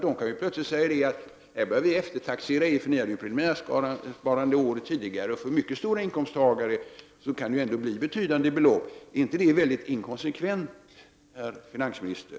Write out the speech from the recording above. De kan plötsligt säga att de bör eftertaxera någon eftersom han eller hon hade preliminärt sparande året före. Och för personer med mycket stora inkomster kan det ju bli betydande belopp. Är inte detta mycket inkonsekvent, herr finansminister?